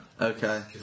Okay